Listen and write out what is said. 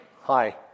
Hi